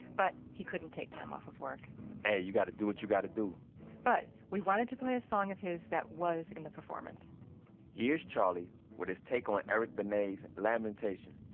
but he couldn't take time off of work hey, you gotta do what you gotta do but we wanted to play a song of his that was in the performance here's charlie with his take on eric benet's lamentation.